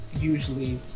usually